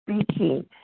speaking